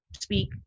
speak